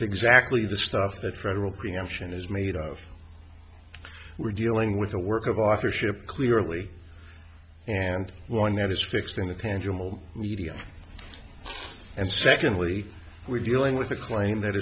exactly the stuff that federal preemption is made of we're dealing with a work of authorship clearly and one that is fixed in a tangible medium and secondly we're dealing with a claim that